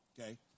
Okay